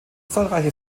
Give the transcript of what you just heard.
zahlreiche